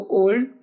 old